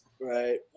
Right